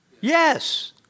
Yes